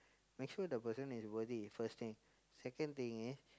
make sure the person is worthy first thing second thing is